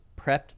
prepped